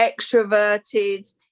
extroverted